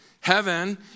Heaven